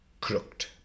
crooked